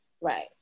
right